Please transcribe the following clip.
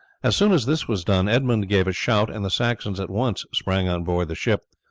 as soon as this was done edmund gave a shout, and the saxons at once sprang on board the ship,